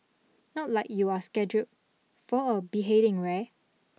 not like you're scheduled for a beheading wear